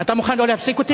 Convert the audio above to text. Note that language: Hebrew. אתה מוכן לא להפסיק אותי?